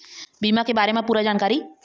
बीमा के बारे म पूरा जानकारी?